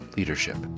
Leadership